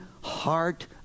heart